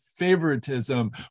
Favoritism